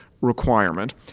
requirement